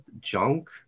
junk